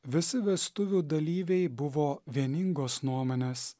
visi vestuvių dalyviai buvo vieningos nuomonės